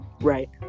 Right